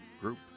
group